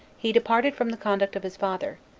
he departed from the conduct of his father,